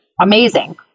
amazing